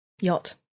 yacht